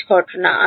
H ঘটনা